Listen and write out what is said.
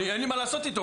אין לי מה לעשות איתו.